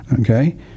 Okay